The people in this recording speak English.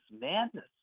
madness